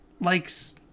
likes